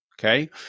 Okay